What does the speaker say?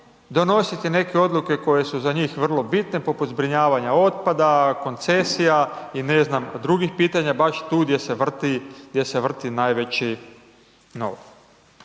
donositi neke odluke koje su za njih vrlo bitne, poput zbrinjavanja otpada, koncesija i ne znam, drugih pitanja baš tu gdje se vrti, gdje se